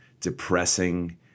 depressing